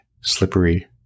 slippery